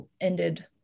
ended